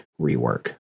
rework